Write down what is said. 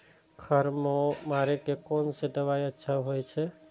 खर मारे के कोन से दवाई अच्छा होय छे?